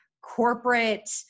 corporate